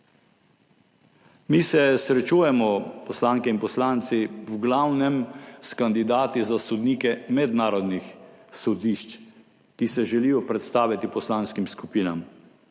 Mi se srečujemo, poslanke in poslanci, v glavnem s kandidati za sodnike mednarodnih sodišč, ki se želijo predstaviti poslanskim skupinam.